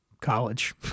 college